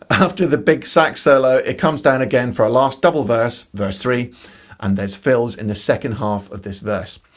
after the big sax solo it comes down again for a last double verse verse three and there's fills in the second half of this verse.